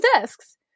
discs